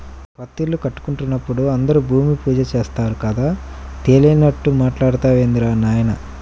కొత్తిల్లు కట్టుకుంటున్నప్పుడు అందరూ భూమి పూజ చేత్తారు కదా, తెలియనట్లు మాట్టాడతావేందిరా నాయనా